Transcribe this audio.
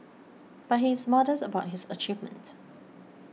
but he is modest about his achievement